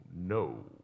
no